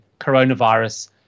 coronavirus